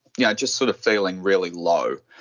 yeah just sort of feeling really low,